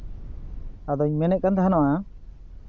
ᱟᱫᱚᱧ ᱢᱮᱱᱮᱫ ᱠᱟᱱ ᱛᱟᱦᱮᱱᱟ